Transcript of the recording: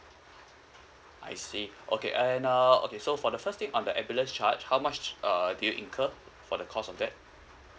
I see okay and uh okay so for the first thing on the ambulance charge how much uh did you incur for the cost of that